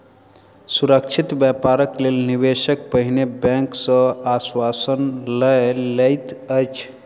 सुरक्षित व्यापारक लेल निवेशक पहिने बैंक सॅ आश्वासन लय लैत अछि